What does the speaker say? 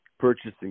Purchasing